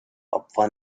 opfer